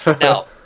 Now